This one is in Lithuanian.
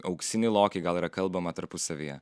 auksinį lokį gal yra kalbama tarpusavyje